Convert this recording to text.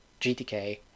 GTK